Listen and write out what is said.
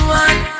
one